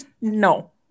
no